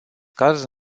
caz